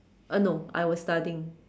uh no I was studying